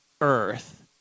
Earth